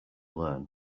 learn